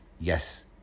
Yes